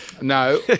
No